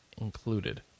included